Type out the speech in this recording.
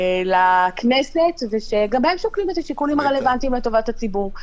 שהעמדנו לכנסת ושגם הם שוקלים את השיקולים הרלוונטיים לטובת הציבור.